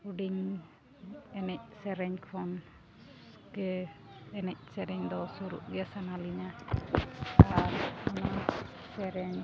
ᱦᱩᱰᱤᱧ ᱮᱱᱮᱡᱼᱥᱮᱨᱮᱧ ᱠᱷᱚᱱ ᱜᱮ ᱮᱱᱮᱡᱼᱥᱮᱨᱮᱧ ᱫᱚ ᱥᱩᱨᱩᱜ ᱜᱮ ᱥᱟᱱᱟᱞᱤᱧᱟ ᱟᱨ ᱱᱚᱣᱟ ᱥᱮᱨᱮᱧ